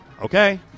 Okay